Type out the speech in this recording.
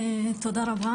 תודה רבה